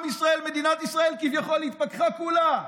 עם ישראל, מדינת ישראל כביכול התפכחה כולה,